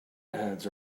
ads